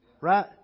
Right